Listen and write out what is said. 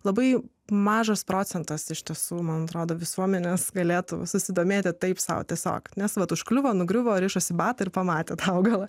labai mažas procentas iš tiesų man atrodo visuomenės galėtų susidomėti taip sau tiesiog nes vat užkliuvo nugriuvo rišasi batą ir pamatė augalą